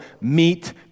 meet